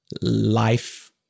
life